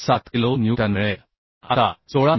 147 kilo newton आता 16 मि